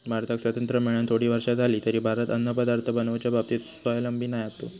भारताक स्वातंत्र्य मेळान थोडी वर्षा जाली तरी भारत अन्नपदार्थ बनवच्या बाबतीत स्वावलंबी नाय होतो